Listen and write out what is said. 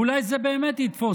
ואולי זה באמת יתפוס.